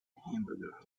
hamburger